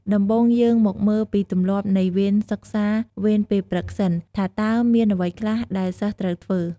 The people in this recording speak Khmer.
ដំបូង យើងមកមើលពីទម្លាប់នៃវេនសិក្សាវេនពេលព្រឹកសិន ថាតើមានអ្វីខ្លះដែលសិស្សត្រូវធ្វើ។